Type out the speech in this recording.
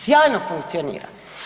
Sjajno funkcionira.